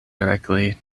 directly